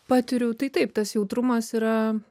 patiriu tai taip tas jautrumas yra